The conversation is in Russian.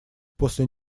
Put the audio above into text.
после